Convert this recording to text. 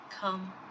come